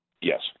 Yes